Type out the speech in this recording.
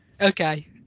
Okay